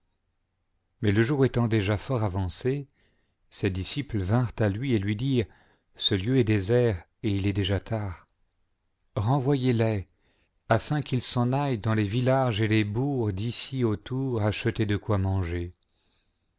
mais le jour étant déjà fort avancé ses disciples vinrent à lui et lui dirent ce lieu est désert et il est déjà tard renvoyez le afin qu'ils s'en aillent dans les villages et les bourgs d'ici autour acheter de quoi manger